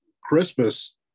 Christmas